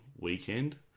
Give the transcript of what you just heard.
weekend